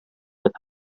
with